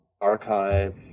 archive